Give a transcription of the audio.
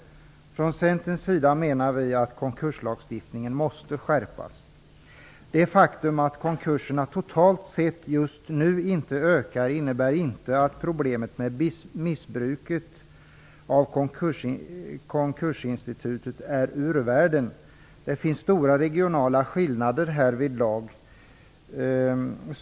Från Centerns sida menar vi att konkurslagstiftningen måste skärpas. Det faktum att konkurserna totalt sett just nu inte ökar innebär inte att problemet med missbruket av konkursinstitutet är ur världen. Det finns stora regionala skillnader härvidlag.